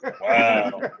Wow